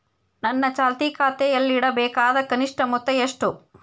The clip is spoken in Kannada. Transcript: ನನ್ನ ಚಾಲ್ತಿ ಖಾತೆಯಲ್ಲಿಡಬೇಕಾದ ಕನಿಷ್ಟ ಮೊತ್ತ ಎಷ್ಟು?